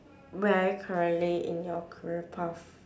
where currently in your career path